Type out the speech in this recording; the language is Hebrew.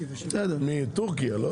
מטורקיה.